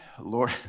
Lord